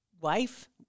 wife